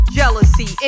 Jealousy